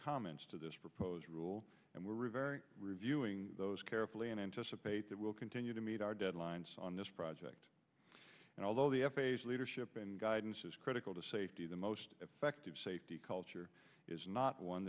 comments to this proposed rule and we're rivera reviewing those carefully and anticipate that we'll continue to meet our deadlines on this project and although the leadership and guidance is critical to safety the most effective safety culture is not one